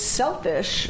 selfish